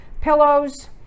pillows